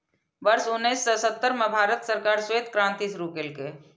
वर्ष उन्नेस सय सत्तर मे भारत सरकार श्वेत क्रांति शुरू केलकै